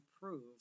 prove